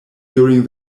during